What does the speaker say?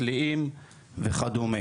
קליעים וכו'.